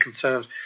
concerns